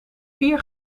vier